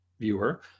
viewer